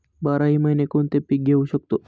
बाराही महिने कोणते पीक घेवू शकतो?